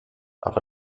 aber